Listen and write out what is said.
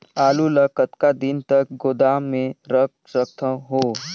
आलू ल कतका दिन तक गोदाम मे रख सकथ हों?